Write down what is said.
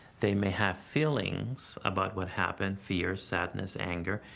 they may have feelings about what happened fear, sadness, anger.